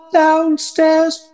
downstairs